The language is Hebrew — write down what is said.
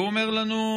והוא אומר לנו: